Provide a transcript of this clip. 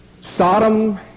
Sodom